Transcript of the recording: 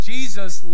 Jesus